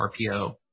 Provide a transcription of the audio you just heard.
RPO